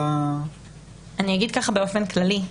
אני אגיד באופן כללי.